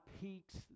peaks